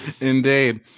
Indeed